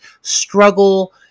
struggle